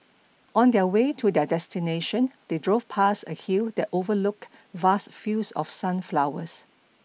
on their way to their destination they drove past a hill that overlooked vast fields of sunflowers